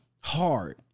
hard